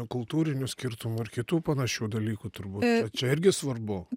kultūrinių skirtumų ir kitų panašių dalykų turbūt čia irgi svarbu